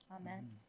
Amen